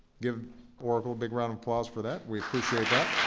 give oracle a big round of applause for that. we appreciate that.